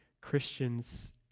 Christians